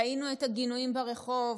ראינו את הגינויים ברחוב,